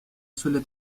suele